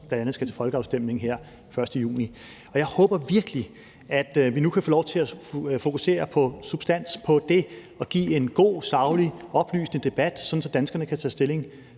vi skal have en folkeafstemning den 1. juni. Og jeg håber virkelig, at vi nu kan få lov til fokusere på substans og på det at have en god, saglig og oplysende debat, så danskerne kan tage stilling